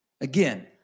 again